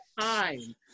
time